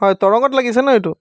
হয় তৰংগত লাগিছে ন এইটো